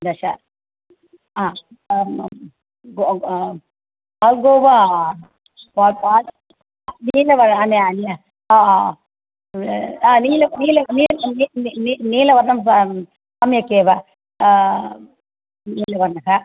दश हा म् ग् पाल्कोवा पा पा नीलवर्णानि अन्य व् र् नीलः नीलः नीलः नि नि नि नीलवर्णं सम् सम्यगेव नीलवर्णः